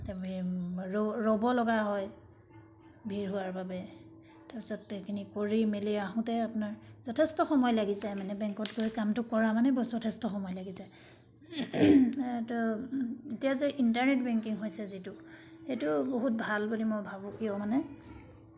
ৰ' ৰ'ব লগা হয় ভিৰ হোৱাৰ বাবে তাৰপিছত সেইখিনি কৰি মেলি আহোঁতে আপোনাৰ যথেষ্ট সময় লাগি যায় মানে বেংকত গৈ কামটো কৰা মানে যথেষ্ট সময় লাগি যায় এইটো এতিয়া যে ইণ্টাৰনেট বেংকিং হৈছে যিটো এইটো বহুত ভাল বুলি মই ভাবোঁ কিয় মানে